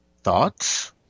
Thoughts